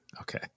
Okay